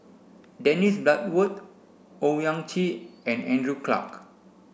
Dennis Bloodworth Owyang Chi and Andrew Clarke